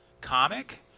comic